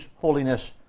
holiness